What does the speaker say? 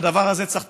בדבר הזה צריך לטפל.